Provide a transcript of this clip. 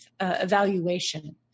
evaluation